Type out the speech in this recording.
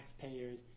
taxpayers